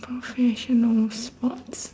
professional sports